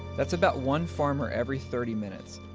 that's about one farmer every thirty minutes.